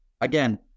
again